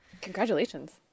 Congratulations